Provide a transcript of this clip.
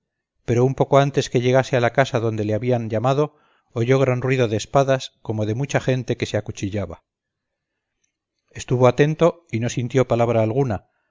pero un poco antes que llegase a la casa adonde le habían llamado oyó gran ruido de espadas como de mucha gente que se acuchillaba estuvo atento y no sintió palabra alguna